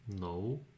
No